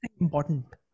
important